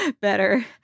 better